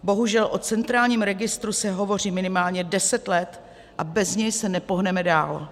Bohužel o centrálním registru se hovoří minimálně 10 let a bez něj se nepohneme dál.